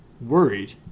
worried